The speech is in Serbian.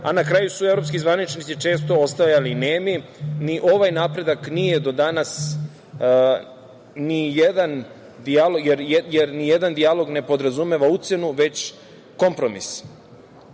a na kraju su evropski zvaničnici često ostajali nemi. Ni ovaj napredak nije do danas odmakao, jer nijedan dijalog ne podrazumeva ucenu, već kompromis. Ovih